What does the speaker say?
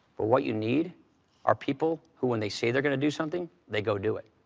but what you need are people who, when they say they're going to do something, they go do it.